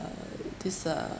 uh this uh